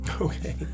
Okay